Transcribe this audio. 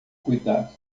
cuidado